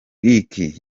lick